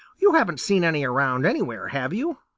you haven't seen any around anywhere, have you?